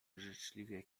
życzliwie